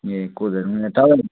ए कोदोहरू पनि रोप्छ